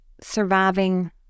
surviving